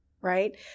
right